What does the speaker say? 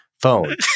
Phone